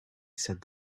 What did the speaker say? said